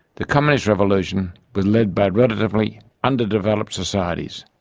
the communist revolution was led by relatively underdeveloped societies,